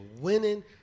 winning